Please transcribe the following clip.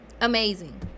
Amazing